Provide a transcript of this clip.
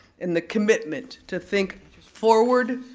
and the commitment, to think forward,